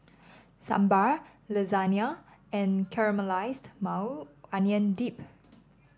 Sambar Lasagna and Caramelized Maui Onion Dip